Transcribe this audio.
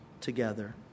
together